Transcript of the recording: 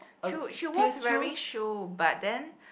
she she was wearing shoe but then